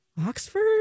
Oxford